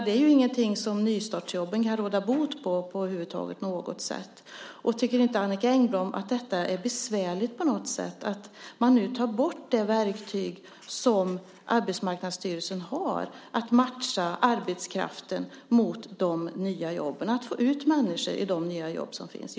Det är ingenting som nystartsjobben kan råda bot på på något sätt. Tycker inte Annicka Engblom att det är besvärligt att det verktyg som Arbetsmarknadsstyrelsen har för att matcha arbetskraften mot de nya jobben tas bort - att få ut människor i de nya jobb som finns?